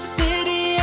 city